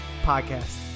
podcast